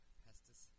pestis